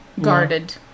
guarded